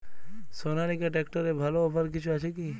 সনালিকা ট্রাক্টরে ভালো অফার কিছু আছে কি?